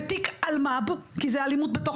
בתיק אלמ"ב כי זו תלונה על אלימות בתוך